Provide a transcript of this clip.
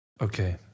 Okay